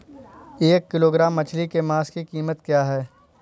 एक किलोग्राम मछली के मांस की कीमत क्या है?